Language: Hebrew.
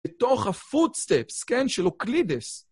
בתוך ה-footsteps, כן, של אוקלידס.